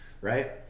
right